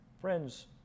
Friends